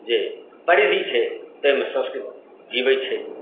जे परिधि छै ताहिमे संस्कृत जिबै छै